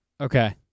Okay